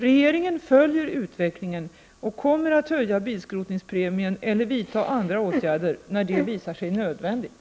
Regeringen följer utvecklingen och kommer att höja bilskrotningspremien eller vidta andra åtgärder när det visar sig nödvändigt.